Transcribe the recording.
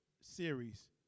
Series